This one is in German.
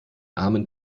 armen